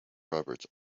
roberts